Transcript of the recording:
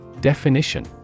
Definition